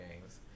games